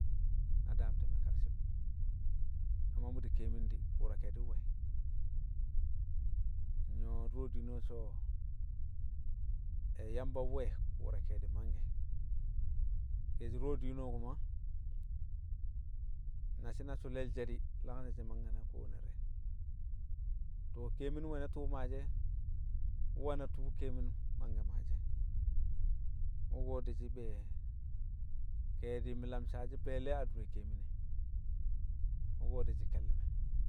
na daam ti̱me̱ karshi̱b. Na ma mṵ di̱ keemin di ku̱u̱ra ke̱e̱di̱ nwe̱, nyṵwo̱ dṵro̱ diino so̱ Yamba nwe̱, kṵṵra ke̱e̱di̱ manngke̱. Ke̱e̱shi̱ dṵro̱ diine̱ o̱ kuma so̱ na sɦi̱ na sṵlel she̱ di̱, langne̱ she̱ mangke̱ na kowanne di̱re̱. To̱, keemin nwe̱ na tṵṵ maashi e, nwe̱ na tṵṵ keemin mangke̱ maashi̱ e̱. Wṵko di̱ shi̱ be̱e̱ ke̱e̱di̱ mi̱ lam saashi̱ be̱e̱le̱ adure keemin e, wṵko̱ di̱shi ke̱lle̱ me̱.